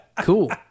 cool